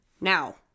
now